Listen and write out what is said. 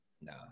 no